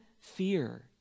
fear